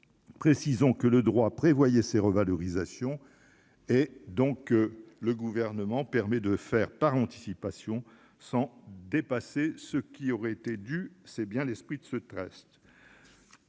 Précisons que le droit prévoyait ces revalorisations. Le Gouvernement permet de le faire par anticipation sans dépasser ce qui aurait été dû. C'est bien l'esprit du texte.